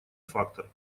фактор